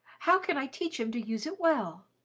how can i teach him to use it well?